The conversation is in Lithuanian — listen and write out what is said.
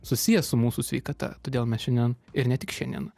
susiję su mūsų sveikata todėl mes šiandien ir ne tik šiandien